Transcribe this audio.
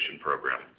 program